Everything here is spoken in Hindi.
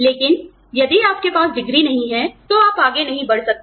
लेकिन यदि आपके पास डिग्री नहीं है तो आप आगे नहीं बढ़ सकते